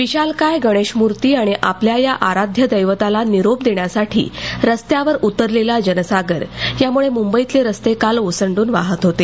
विशालकाय गणेशमूर्ती आणि आपल्या या आराध्य दैवताला निरोप देण्यासाठी रस्त्यावर उतरलेला जनसागर यामुळं मुंबईतले रस्ते काल ओसंडून वाहात होते